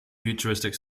futuristic